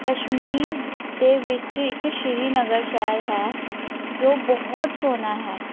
ਕਸ਼ਮੀਰ ਦੇ ਵਿੱਚ ਇੱਕ ਸ਼੍ਰੀਨਗਰ ਸ਼ਹਿਰ ਹੈ ਜੋ ਬਹੁਤ ਸੋਹਨਾ ਹੈ